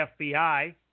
FBI